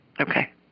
Okay